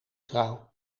trouw